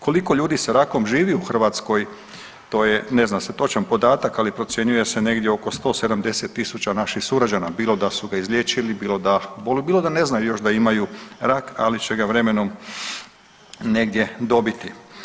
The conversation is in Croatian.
Koliko ljudi sa rakom živi u Hrvatskoj to je ne zna se točan podatak, ali procjenjuje se negdje oko 170 000 naših sugrađana, bilo da su ga izliječili, bilo da ne znaju još da imaju rak, ali će ga vremenom negdje dobiti.